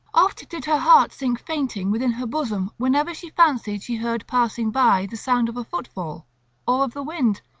oft did her heart sink fainting within her bosom whenever she fancied she heard passing by the sound of a footfall or of the wind.